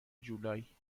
جولای